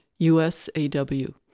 USAW